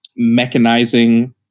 mechanizing